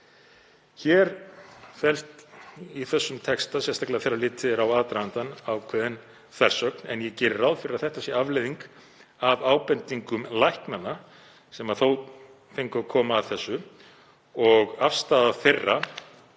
Hér felst í þessum texta, sérstaklega þegar litið er á aðdragandann, ákveðin þversögn en ég geri ráð fyrir að þetta sé afleiðing af ábendingum læknanna sem þó fengu að koma að þessu og afstöðu þeirra